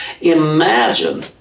Imagine